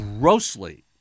grossly